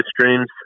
streams